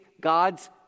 God's